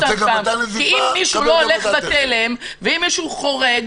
שאם מישהו לא הולך בתלם ואם מישהו חורג